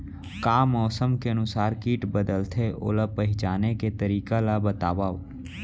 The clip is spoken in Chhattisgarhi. का मौसम के अनुसार किट बदलथे, ओला पहिचाने के तरीका ला बतावव?